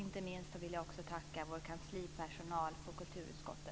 Inte minst vill jag också tacka vår kanslipersonal i kulturutskottet.